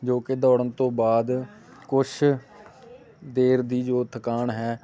ਜੋ ਕਿ ਦੌੜਨ ਤੋਂ ਬਾਅਦ ਕੁਛ ਦੇਰ ਦੀ ਜੋ ਥਕਾਨ ਹੈ